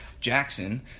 Jackson